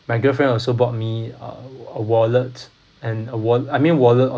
my girlfriend also bought me uh a wallet and a wal~ I mean wallet on